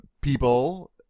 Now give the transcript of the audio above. people